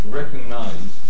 recognize